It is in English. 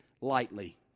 lightly